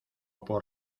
por